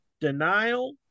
denial